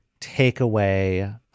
takeaway